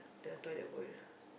the toilet bowl